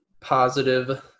positive